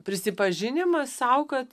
prisipažinimas sau kad